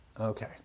Okay